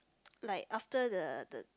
like after the the the